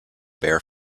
bear